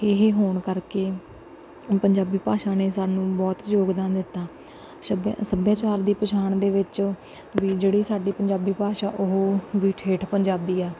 ਇਹ ਹੋਣ ਕਰਕੇ ਹੁਣ ਪੰਜਾਬੀ ਭਾਸ਼ਾ ਨੇ ਸਾਨੂੰ ਬਹੁਤ ਯੋਗਦਾਨ ਦਿੱਤਾ ਸ਼ੱਭਿਆ ਸੱਭਿਆਚਾਰ ਦੀ ਪਛਾਣ ਦੇ ਵਿੱਚ ਵੀ ਜਿਹੜੀ ਸਾਡੀ ਪੰਜਾਬੀ ਭਾਸ਼ਾ ਉਹ ਵੀ ਠੇਠ ਪੰਜਾਬੀ ਆ